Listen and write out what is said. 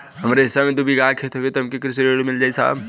हमरे हिस्सा मे दू बिगहा खेत हउए त हमके कृषि ऋण मिल जाई साहब?